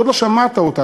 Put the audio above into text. עוד לא שמעת אותה.